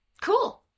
cool